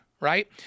right